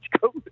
go